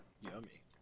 yummy